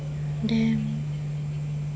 damn